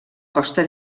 costa